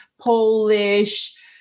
Polish